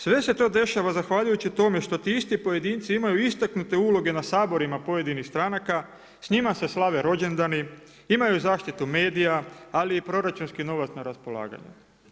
Sve se to dešava zahvaljujući tome što ti isti pojedinci imaju istaknute uloge na saborima pojedinih stranaka, s njima se slave rođendani, imaju zaštitu medija, ali i proračunski novac na raspolaganju.